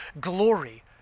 glory